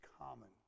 common